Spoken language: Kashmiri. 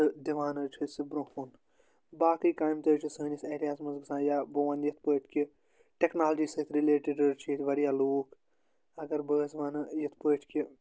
تہٕ دِوان حظ چھِ أسۍ سُہ برونٛہہ کُن باقٕے کامہِ تہِ حظ چھِ سٲنِس ایریاہَس منٛز گژھان یا بہٕ وَنہٕ یِتھ پٲٹھۍ کہِ ٹٮ۪کنالجی سۭتۍ رِلیٹِڈ حظ چھِ ییٚتہِ واریاہ لوٗکھ اگر بہٕ حظ وَنہٕ یِتھ پٲٹھۍ کہِ